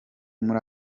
muri